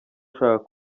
ushaka